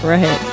Right